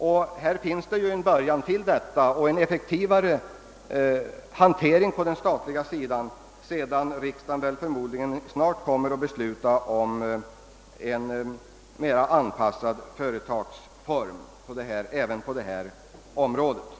Och det kommer ju att finnas början till en effektivare hantering på den statliga sidan, sedan riksdagen förmodligen snart skall besluta om en även för detta område mera anpassad företagsform.